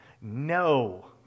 No